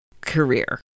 career